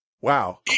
Wow